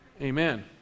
Amen